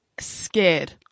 Scared